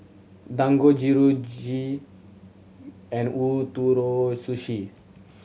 Dangojiru Kheer G and Ootoro Sushi